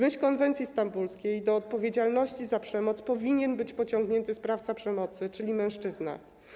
W myśl konwencji stambulskiej do odpowiedzialności za przemoc powinien być pociągnięty sprawca przemocy, czyli mężczyzna.